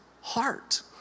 heart